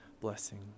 blessing